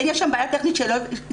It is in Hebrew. יש שם בעיה טכנית שצריך לעשות שינוי.